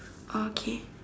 okay